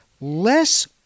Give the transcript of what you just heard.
less